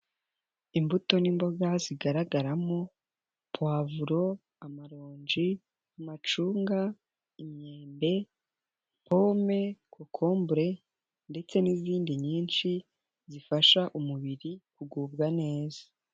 Imbuto n'imboga zigaragaramo, puwavuro, amaronji, amacunga, imyembe, pome, kokombure, ndetse n'izindi nyinshi, zifasha umubiri kugubwa neza.